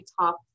top